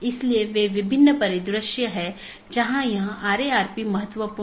इसलिए समय समय पर जीवित संदेश भेजे जाते हैं ताकि अन्य सत्रों की स्थिति की निगरानी कर सके